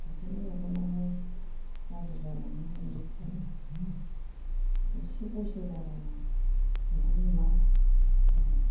गथ'फोरनि मेगनआबो गाज्रि जालांनो हमजोबबाय एसे बैसो जाबानो मेगन नुवा जाबाय